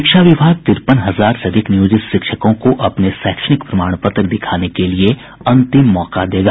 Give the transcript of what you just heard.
शिक्षा विभाग तिरपन हजार से अधिक नियोजित शिक्षकों को अपने शैक्षणिक प्रमाण पत्र दिखाने के लिये अंतिम मौका देगा